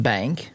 Bank